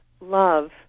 love